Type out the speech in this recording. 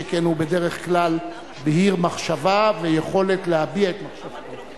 שכן הוא בדרך כלל בהיר מחשבה ויכולת להביע את מחשבתו.